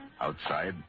Outside